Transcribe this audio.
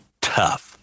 tough